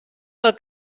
del